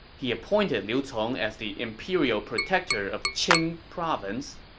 he appointed liu cong as the imperial protector of qing province.